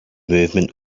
movement